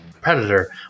Predator